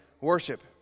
worship